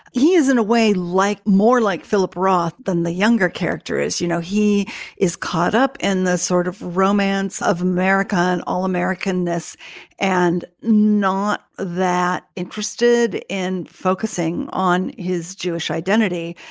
he is in a way like more like philip roth than the younger characters. you know, he is caught up in the sort of romance of american all american ness and not that interested in focusing on his jewish identity.